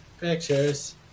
pictures